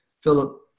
philip